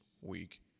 week